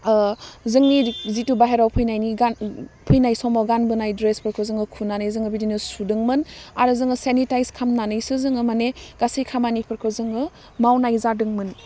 ओह जोंनि जिथु बाहेरायाव फैनायनि गान फैनाय समाव गानबोनाय ड्रेसफोरखौ जोङो खुनानै जोङो बिदिनो सुदोंमोन आरो जोङो सेनिटाइस खालामनानैसो जोङो मानि गासै खामानिफोरखौ जोङो मावनाय जादोंमोन